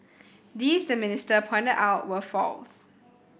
these the minister pointed out were false